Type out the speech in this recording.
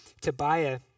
Tobiah